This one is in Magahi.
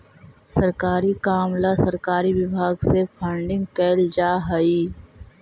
सरकारी काम ला सरकारी विभाग से फंडिंग कैल जा हई